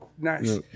nice